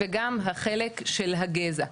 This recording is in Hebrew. וגם החלק של הגזע,